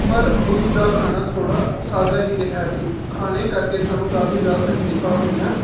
ਪਰ ਉਸਦਾ ਖਾਣਾ ਥੋੜ੍ਹਾ ਸਾਦਾ ਹੀ ਰਿਹਾ ਕਿ ਖਾਣੇ ਕਰਕੇ ਸਾਨੂੰ ਕਾਫੀ ਜ਼ਿਆਦਾ ਤਕਲੀਫਾਂ ਹੋਈਆਂ